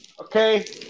Okay